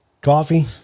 Coffee